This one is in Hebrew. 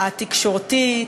התקשורתית,